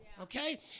Okay